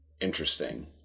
Interesting